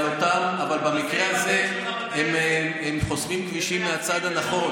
אבל במקרה הזה הם חוסמים כבישים מהצד הנכון,